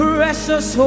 Precious